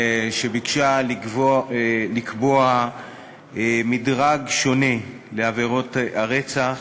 שביקשה לקבוע מדרג שונה לעבירות הרצח,